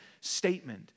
statement